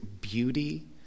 beauty